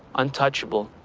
untouchable,